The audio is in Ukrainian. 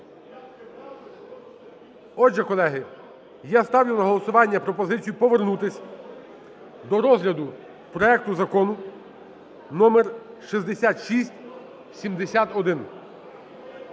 Отже, колеги, я ставлю на голосування пропозицію повернутися до розгляду проекту закону № 6671.